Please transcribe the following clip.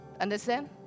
Understand